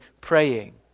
praying